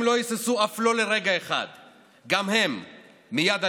גם זה לא מסודר.